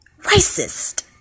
racist